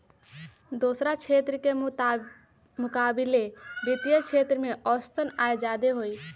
दोसरा क्षेत्र के मुकाबिले वित्तीय क्षेत्र में औसत आय जादे हई